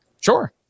Sure